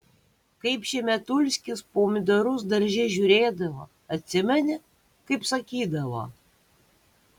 kaip šemetulskis pomidorus darže žiūrėdavo atsimeni kaip sakydavo